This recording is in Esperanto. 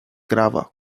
grava